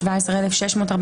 17,281